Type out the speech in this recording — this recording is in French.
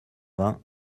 vingt